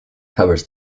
covers